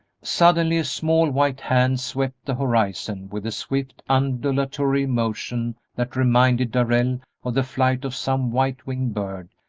suddenly a small white hand swept the horizon with a swift, undulatory motion that reminded darrell of the flight of some white-winged bird,